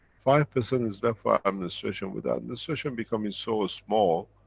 five percent is left for administration, with that administration becoming so small,